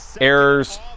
Errors